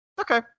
Okay